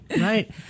Right